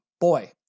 boy